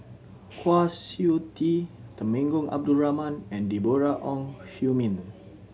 Kwa Siew Tee Temenggong Abdul Rahman and Deborah Ong Hui Min